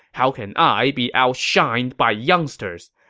how can i be outshined by youngsters?